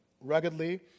ruggedly